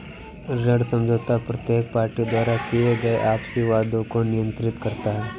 ऋण समझौता प्रत्येक पार्टी द्वारा किए गए आपसी वादों को नियंत्रित करता है